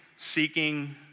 Seeking